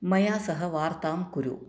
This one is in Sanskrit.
मया सह वार्तां कुरु